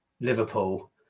Liverpool